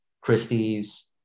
christie's